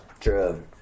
True